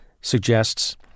suggests